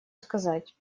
сказать